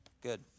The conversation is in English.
Good